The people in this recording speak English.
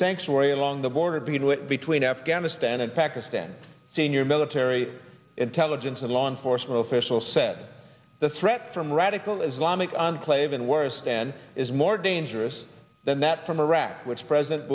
sanctuary along the border to begin with between afghanistan and pakistan senior military intelligence and law enforcement official said the threat from radical islamic enclave in worse than is more dangerous than that from iraq which president